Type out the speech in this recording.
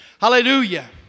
Hallelujah